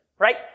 Right